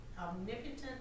omnipotent